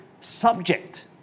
subject